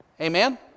Amen